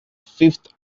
fifth